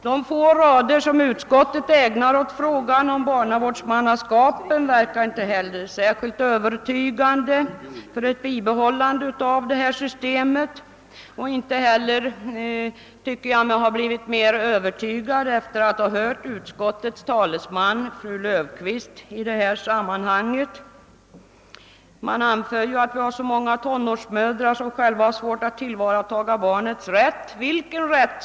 De få rader som utskottet ägnar frågan om barnavårdsmannaskapen verkar inte heller särskilt övertygande för ett bibehållande av systemet. Jag tycker mig inte heller ha blivit mer övertygad efter att ha hört utskottets talesman fru Löfqvist i detta sammanhang. Man anför att många tonårsmödrar själva har svårt att tillvarataga barnets rätt. Vilken rätt?